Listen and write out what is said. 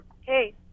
Hey